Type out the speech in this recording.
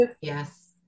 Yes